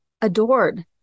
adored